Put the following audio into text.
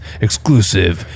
exclusive